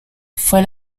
fue